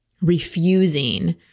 refusing